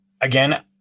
Again